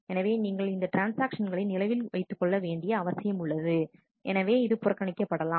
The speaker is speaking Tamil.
எனவே நீங்கள் இந்த ட்ரான்ஸ்ஆக்ஷன்களை நினைவில் வைத்துக் கொள்ள வேண்டிய அவசியம் உள்ளது எனவே இது புறக்கணிக்கப்படலாம்